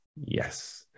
Yes